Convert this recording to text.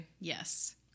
Yes